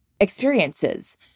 experiences